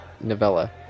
Novella